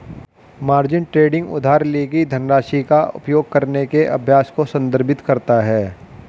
margin trading उधार ली गई धनराशि का उपयोग करने के अभ्यास को संदर्भित करता है